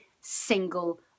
single